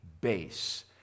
base